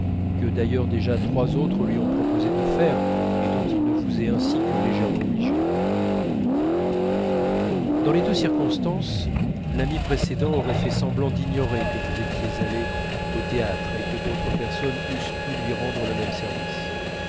que d'ailleurs déjà trois autres lui ont proposé de faire et dont il ne vous est ainsi que légèrement obligé dans les deux circonstances l'ami précédent aurait fait semblant d'ignorer que vous étiez allé au théâtre et que d'autres personnes eussent pu lui rendre le même service